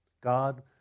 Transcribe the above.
God